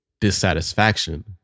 Dissatisfaction